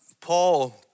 Paul